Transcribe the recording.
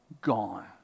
gone